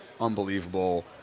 unbelievable